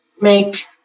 make